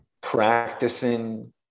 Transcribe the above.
practicing